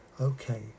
Okay